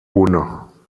uno